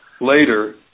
later